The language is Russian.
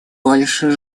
больше